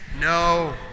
No